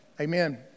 Amen